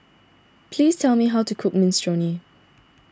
please tell me how to cook Minestrone